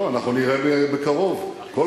טוב, אנחנו נראה בקרוב, אחיזת עיניים.